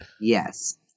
Yes